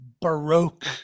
Baroque